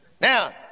Now